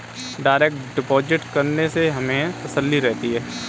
direct deposit करने से मुझे तसल्ली रहती है